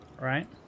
Right